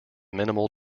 minimal